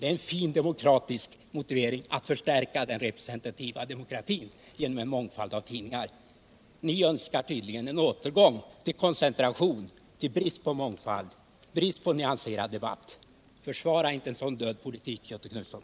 Det är en fin motivering att vilja förstärka den representativa demokratin genom en mångfald av tidningar. Ni önskar tydligen en återgång till koncentration, till brist på mångfald och på nyanserad debatt. Försvara inte en sådan död politik, Göthe Knutson!